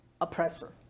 oppressor